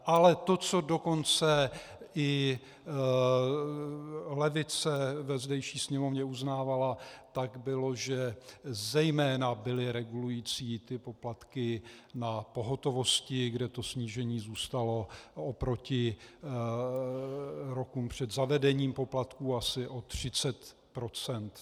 Ale to, co dokonce i levice ve zdejší Sněmovně uznávala, tak bylo, že zejména byly regulující ty poplatky na pohotovosti, kde to snížení zůstalo proti rokům před zavedením poplatků asi o 30 %.